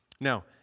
Now